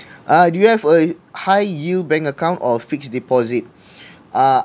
uh do you have a high yield bank account or fixed deposit uh